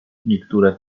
niektóre